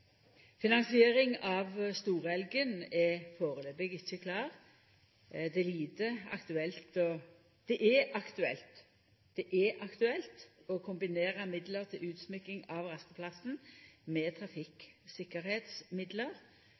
Finansiering av storelgen er førebels ikkje klar. Det er aktuelt å kombinera midlar til utsmykking av rasteplassen med